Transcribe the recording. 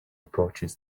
approaches